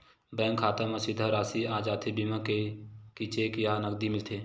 Bank खाता मा सीधा राशि आ जाथे बीमा के कि चेक या नकदी मिलथे?